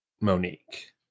Monique